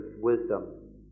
wisdom